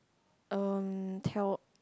um tell